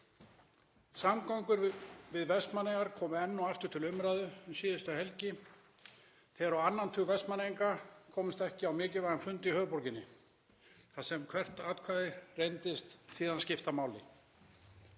Samgöngur við Vestmannaeyjar komu enn og aftur til umræðu um síðustu helgi þegar á annan tug Vestmannaeyinga komst ekki á mikilvægan fund í höfuðborginni þar sem hvert atkvæði reyndist síðan skipta máli.